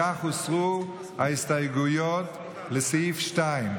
בכך הוסרו ההסתייגויות לסעיף 2,